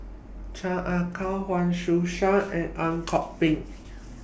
Chan Ah Kow Huang Shiqi Joan and Ang Kok Peng